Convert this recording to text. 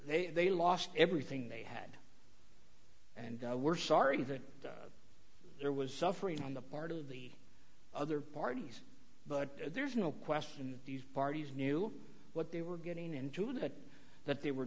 they they lost everything they had and were sorry that there was suffering on the part of the other parties but there's no question these parties knew what they were getting into it but that they were